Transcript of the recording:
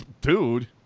dude